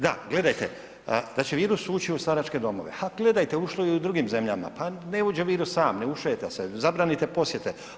Da, gledajte, da će virus ući u staračke domove, ha gledajte ušlo je i u drugim zemljama, pa ne uđe virus sam ne ušeta se, zabranite posjete.